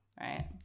right